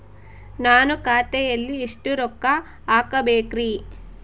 ನಾನು ಖಾತೆಯಲ್ಲಿ ಎಷ್ಟು ರೊಕ್ಕ ಹಾಕಬೇಕ್ರಿ?